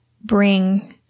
bring